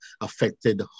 affected